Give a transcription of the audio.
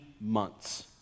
months